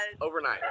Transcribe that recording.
Overnight